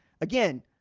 again